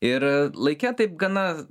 ir laike taip gana